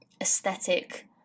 aesthetic